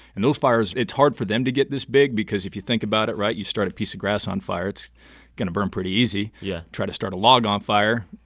and those fires, it's hard for them to get this big because if you think about it right? you start a piece of grass on fire, it's going to burn pretty easy yeah try to start a log on fire,